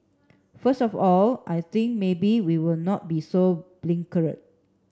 first of all I think maybe we will not be so blinkered